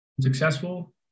successful